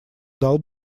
дал